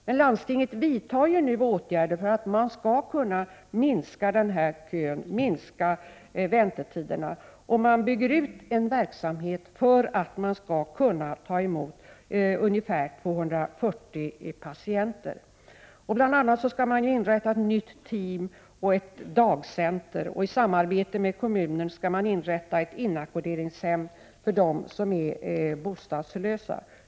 Men landstinget vidtar nu åtgärder för att minska väntetiderna och bygger ut en verksamhet för att kunna ta emot ungefär 240 patienter. Bl.a. skall ett nytt team och ett dagcenter inrättas, och i samarbete med kommunen skall ett inackorderingshem för dem som är bostadslösa inrättas.